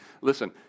listen